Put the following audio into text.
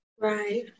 Right